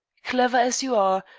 clever as you are,